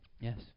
Yes